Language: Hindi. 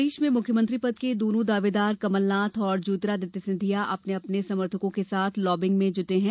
प्रदेश में मुख्यमंत्री पद के दोनों दावेदार कमलनाथ और ज्योतिरादित्य सिंधिया अपने अपने समर्थकों के साथ लॉबिंग में जुटे हैं